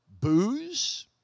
booze